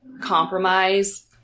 compromise